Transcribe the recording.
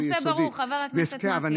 הנושא ברור, חבר הכנסת מקלב.